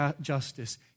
justice